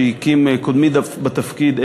שהקים קודמי בתפקיד,